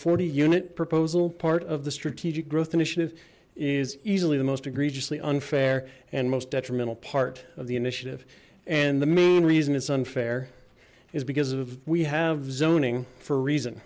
forty unit proposal part of the strategic growth initiative is easily the most egregiously unfair and most detrimental part of the initiative and the main reason it's unfair is because of we have zoning for a reason